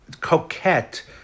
Coquette